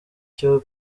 cyo